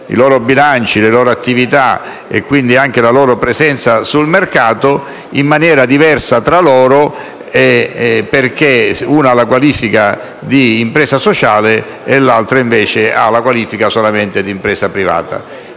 i loro bilanci, le loro attività, e quindi anche la loro presenza sul mercato, in maniera diversa tra loro perché qualcuna ha la qualifica di impresa sociale e altre invece hanno solamente la qualifica di impresa privata.